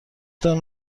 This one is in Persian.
تان